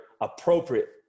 appropriate